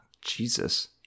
Jesus